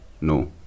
no